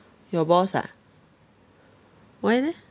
your boss ah why leh